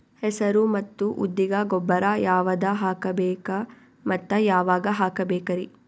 ಹೆಸರು ಮತ್ತು ಉದ್ದಿಗ ಗೊಬ್ಬರ ಯಾವದ ಹಾಕಬೇಕ ಮತ್ತ ಯಾವಾಗ ಹಾಕಬೇಕರಿ?